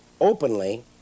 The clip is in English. openly